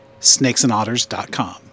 snakesandotters.com